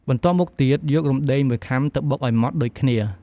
បន្ទាប់មកទៀតយក រំដេង ១ខាំទៅបុកឱ្យម៉ដ្ដដូចគ្នា។